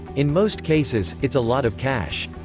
in most cases, it's a lot of cash.